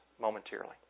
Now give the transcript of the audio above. momentarily